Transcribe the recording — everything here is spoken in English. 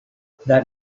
that